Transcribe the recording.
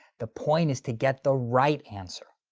the point is to get the right answer.